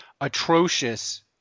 atrocious